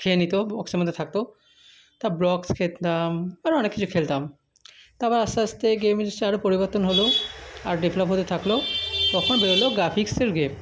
খেয়ে নিত বক্সের মধ্যে থাকতো তা ব্রক্স খেলতাম আরো অনেক কিছু খেলতাম তারপর আস্তে আস্তে গেমসার পরিবর্তন হলো আর ডেভেলপ হতে থাকলো তখন বেরোলো গ্রাফিক্সের গেম